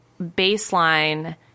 baseline